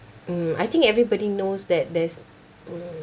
um I think everybody knows that there's